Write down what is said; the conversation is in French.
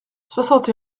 soixante